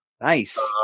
Nice